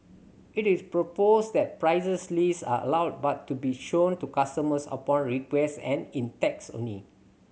it is proposed that prices list are allowed but to be shown to customers upon request and in text only